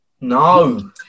no